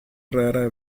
rara